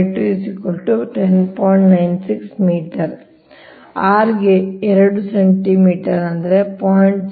R ಗೆ 2 centimetre ಅಂದರೆ 0